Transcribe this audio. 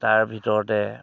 তাৰ ভিতৰতে